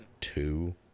two